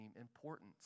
importance